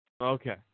Okay